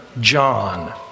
John